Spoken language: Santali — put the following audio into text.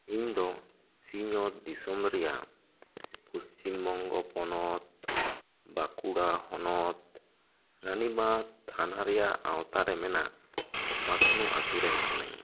ᱤᱧ ᱫᱚ ᱥᱤᱧ ᱚᱛ ᱫᱤᱥᱚᱢ ᱨᱮᱭᱟᱜ ᱯᱚᱥᱪᱤᱢ ᱵᱚᱝᱜᱚ ᱯᱚᱱᱚᱛ ᱵᱟᱸᱠᱩᱲᱟ ᱦᱚᱱᱚᱛ ᱨᱟᱹᱱᱤᱵᱟᱫ ᱛᱷᱟᱱᱨᱮᱭᱟᱜ ᱟᱣᱛᱟᱨᱮ ᱢᱮᱱᱟᱜ ᱢᱟᱹᱠᱷᱱᱩ ᱟᱛᱳ ᱨᱮᱱ ᱠᱟᱹᱱᱟᱹᱧ